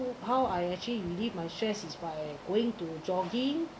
how I actually leave my stress is by going to jogging